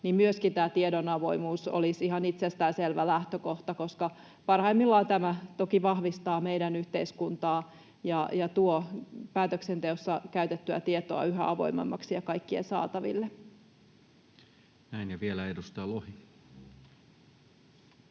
myöskin tämä tiedon avoimuus olisi ihan itsestään selvä lähtökohta, koska parhaimmillaan tämä toki vahvistaa meidän yhteiskuntaamme ja tuo päätöksenteossa käytettyä tietoa yhä avoimemmaksi ja kaikkien saataville. [Speech